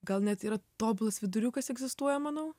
gal net yra tobulas viduriukas egzistuoja manau